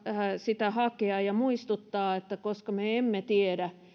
sitä hakea ja muistuttaa että koska me emme tiedä